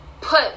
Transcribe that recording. put